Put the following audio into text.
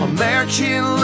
American